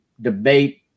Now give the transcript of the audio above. debate